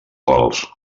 gols